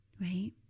Right